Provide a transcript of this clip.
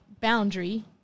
Boundary